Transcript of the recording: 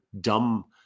dumb